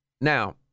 Now